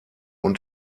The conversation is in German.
und